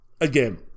again